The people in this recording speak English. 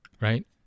right